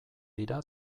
dira